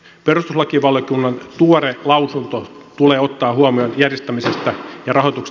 perustuslakivaliokunnan tuore lausunto tulee ottaa huomioon järjestämisestä ja rahoitus